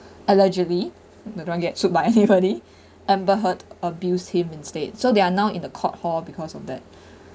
allegedly I don't want get sued by anybody amber heard abused him instead so they're now in the court hall because of that